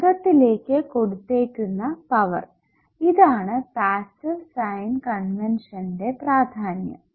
ഘടകത്തിലേക്ക് കൊടുത്തേക്കുന്ന പവർ ഇതാണ് പാസ്സീവ് സൈൻ കൺവെൻഷന്റെ പ്രാധാന്യം